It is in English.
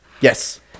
Yes